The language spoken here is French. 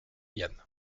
yann